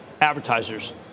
advertisers